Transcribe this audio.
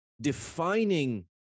defining